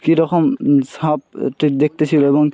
কীরকম সাপটি দেখতে ছিল এবং